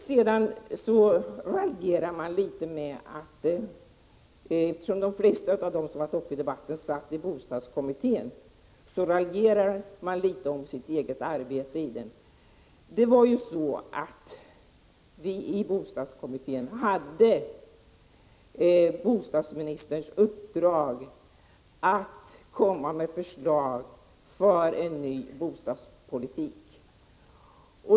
De flesta av dem som har varit uppe i debatten ingick i bostadskommittén, och man raljerar nu litet om sitt eget arbete i denna. Vi i bostadskommittén hade ju bostadsministerns uppdrag att komma med förslag till en ny bostadspolitik.